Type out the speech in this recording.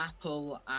Apple